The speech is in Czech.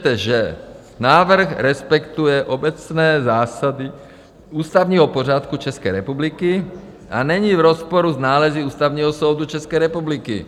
Píšete, že návrh respektuje obecné zásady ústavního pořádku České republiky a není v rozporu s nálezy Ústavního soudu České republiky.